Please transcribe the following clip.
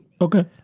Okay